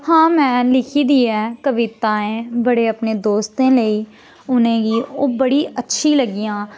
हां में लिखी दी ऐ कविताएं बड़े अपने दोस्तें लेई उ'नेंगी ओह् बड़ी अच्छी लगियां